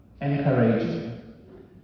encouraging